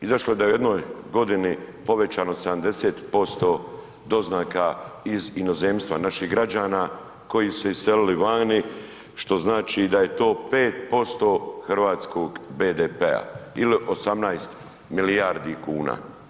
Izašlo je da je u jednoj godini povećano 70% doznaka iz inozemstva naših građana koji su se iselili vani, što znači da je to 5% hrvatskog BDP-a ili 18 milijardi kuna.